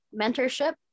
mentorship